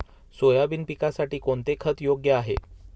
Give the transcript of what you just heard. Soybean पिकासाठी कोणते खत योग्य आहे?